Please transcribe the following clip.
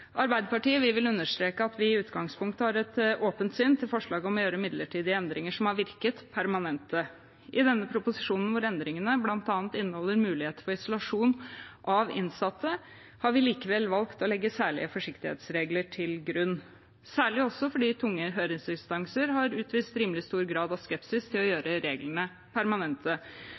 Arbeiderpartiet vil understreke at vi i utgangspunktet har et åpent sinn til forslaget om å gjøre midlertidige endringer som har virket, permanente. I denne proposisjonen, hvor endringene bl.a. inneholder muligheter for isolasjon av innsatte, har vi likevel valgt å legge særlige forsiktighetsregler til grunn, særlig fordi tunge høringsinstanser har utvist rimelig stor grad av skepsis til å gjøre reglene permanente.